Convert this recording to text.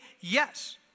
Yes